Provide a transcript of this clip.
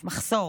יש מחסור